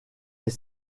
est